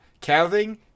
calving